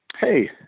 Hey